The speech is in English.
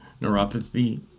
neuropathy